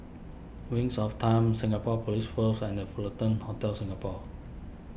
Wings of Time Singapore Police Force and the Fullerton Hotel Singapore